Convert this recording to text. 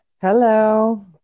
Hello